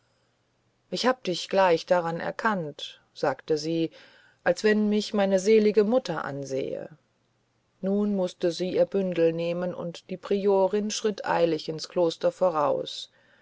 ich hab dich gleich daran erkannt sagte sie als wenn mich deine selige mutter ansähe nun mußte sie ihr bündel nehmen und die priorin schritt eilig ins kloster voraus